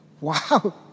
Wow